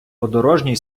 подорожній